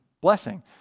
blessing